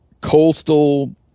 coastal